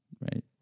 Right